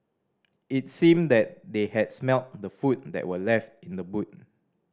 it seemed that they had smelt the food that were left in the boot